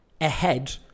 ahead